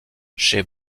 chez